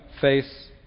face